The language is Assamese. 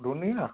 ধুনীয়া